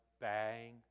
bang